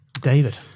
David